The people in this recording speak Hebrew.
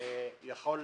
דבר שיכול